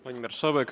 Pani Marszałek!